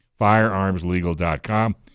Firearmslegal.com